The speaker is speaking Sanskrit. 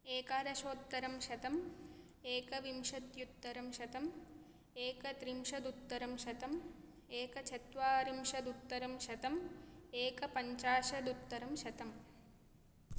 एकादशोत्तरं शतम् एकविंशत्युत्तरं शतम् एकत्रिंशदुत्तरं शतम् एकचत्वारिंशदुत्तरं शतम् एकपञ्चाशदुत्तरं शतम्